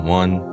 one